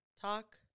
talk